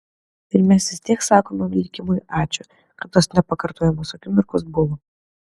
ir mes vis tiek sakome likimui ačiū kad tos nepakartojamos akimirkos buvo